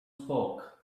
spoke